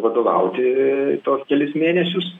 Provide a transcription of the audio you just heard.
vadovauti tuos kelis mėnesius